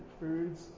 foods